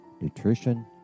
nutrition